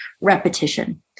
Repetition